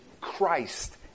Christ